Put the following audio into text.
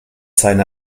seine